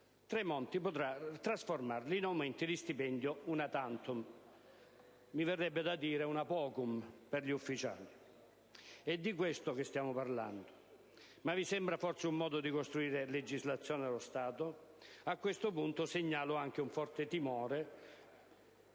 Tremonti potrà trasformarle in aumenti di stipendio *una tantum* - mi verrebbe da dire «*una paucum*» - per gli ufficiali. È di questo che stiamo parlando? Ma vi sembra forse un modo di costruire la legislazione dello Stato? A questo punto, segnalo anche un forte timore,